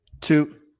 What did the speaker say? two